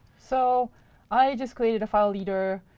so i just created a file reader.